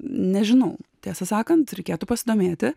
nežinau tiesą sakant reikėtų pasidomėti